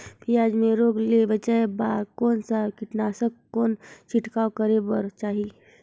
पियाज मे रोग ले बचाय बार कौन सा कीटनाशक कौन छिड़काव करे बर चाही?